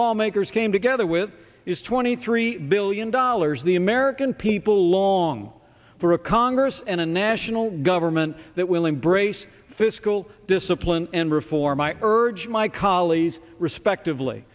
lawmakers came together with is twenty three billion dollars the american people long for a congress and a national government that will embrace fiscal discipline and reform i urge my colleagues respectively